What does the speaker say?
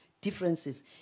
differences